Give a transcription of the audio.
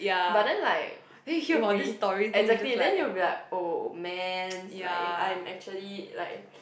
but then like if we exactly then you'll be like oh mans like I'm actually like